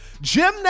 Jim